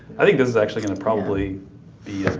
i think this is actually going to probably be,